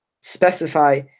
specify